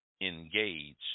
engage